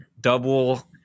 Double